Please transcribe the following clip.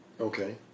Okay